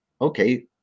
okay